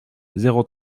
zéro